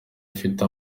ifite